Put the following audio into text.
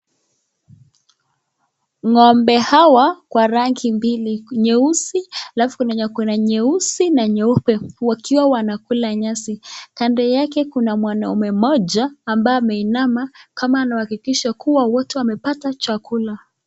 Ng'ombe hawa kwa rangi mbili, nyeusi alafu kuna wenye wakona nyeusi na nyeupe wakiwa wanakula nyasi. Kando yake kuna mwanaume mmoja ambaye ameinama kama anahakikisha kuwa wote wamepata chakula.